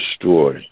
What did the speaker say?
destroy